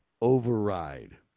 override